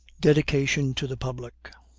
dedication to the public